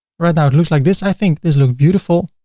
right now, it looks like this. i think this looks beautiful.